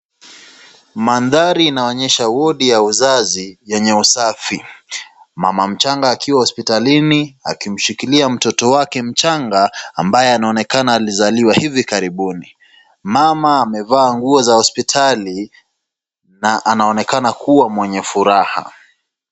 Mandhari inanyesha wodi ya uzazi yenye usafi. Mama mchanga akiwa hospitalini, akishikilia mtoto wake mchanga ambaye anaonekana alizaliwa hivi karibuni. Mama amevaa nguo za hospitali na anaonekana kuwa mwenye furaha.